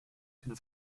den